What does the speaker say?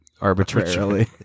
arbitrarily